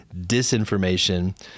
disinformation